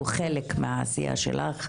הוא חלק מהעשייה שלך.